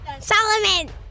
Solomon